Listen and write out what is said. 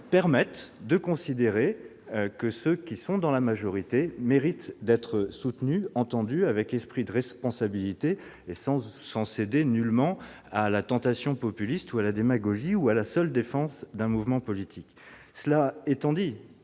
pays est confronté, que ceux qui sont dans la majorité méritent d'être soutenus, entendus, dans un esprit de responsabilité, sans céder nullement à la tentation populiste, à la démagogie ou à la seule défense d'un mouvement politique. Cela étant,